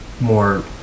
more